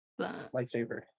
lightsaber